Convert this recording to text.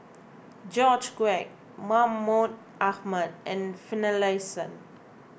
George Quek Mahmud Ahmad and Finlayson